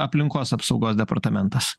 aplinkos apsaugos departamentas